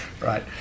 Right